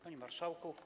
Panie Marszałku!